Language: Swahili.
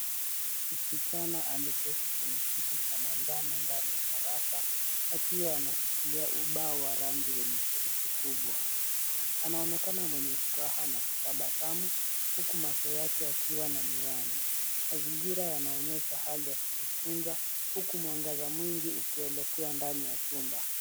Msichana ameketi kwenye kiti cha manjano ndani ya darasa akiwa ameshikilia ubao wa rangi enye herufi kubwa. Anaonekana mwenye furaha na kutabasamu huku macho yake yakiwa na miwani. Mazingira yanaonyesha hali ya kujifunza huku mwangaza mwingi ukielekea ndani ya chumba.